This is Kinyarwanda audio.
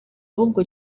ahubwo